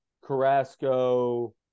Carrasco